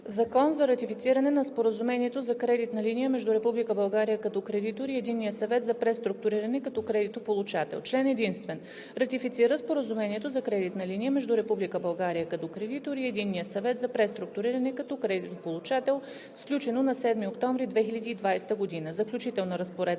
„ЗАКОН за ратифициране на Споразумението за кредитна линия между Република България като кредитор и Единния съвет за преструктуриране като кредитополучател. Член единствен. Ратифицира Споразумението за кредитна линия между Република България като кредитор и Единния съвет за преструктуриране като кредитополучател, сключено на 7 октомври 2020 г. Заключителна разпоредба.